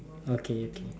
okay okay